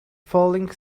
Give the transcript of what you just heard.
falling